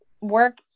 work